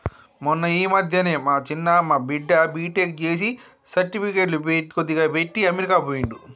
మొన్న ఈ మధ్యనే మా చిన్న మా బిడ్డ బీటెక్ చేసి సర్టిఫికెట్లు కొద్దిగా పెట్టి అమెరికా పోయిండు